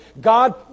God